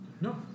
No